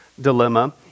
dilemma